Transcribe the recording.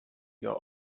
your